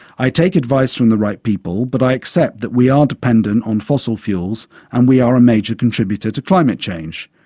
i take advice from the right people, but i accept that we are dependent on fossil fuels and we are a major contributor to climate change.